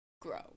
grow